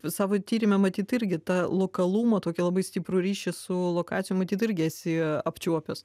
savo tyrime matyt irgi tą lokalumo tokį labai stiprų ryšį su lokacija matyt irgi esi apčiuopęs